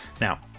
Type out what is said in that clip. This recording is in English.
Now